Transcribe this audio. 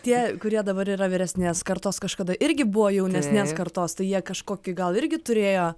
tie kurie dabar yra vyresnės kartos kažkada irgi buvo jaunesnės kartos tai jie kažkokį gal irgi turėjo